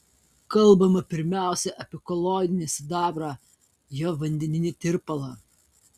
kalbama pirmiausia apie koloidinį sidabrą jo vandeninį tirpalą